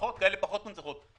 מוצלחות יותר ומוצלחות פחות.